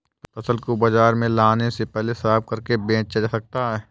फसल को बाजार में लाने से पहले साफ करके बेचा जा सकता है?